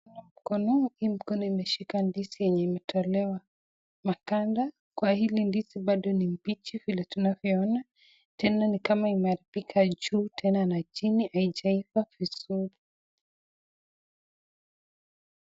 Mkono hii mkono imeshika ndizi yenye imetolewa maganda Kwa hili ndizi pado nimpichi vile tunavyoona tena ni kama imearibika juu tena na chini haichavaa vizuri.